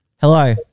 Hello